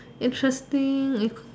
interesting is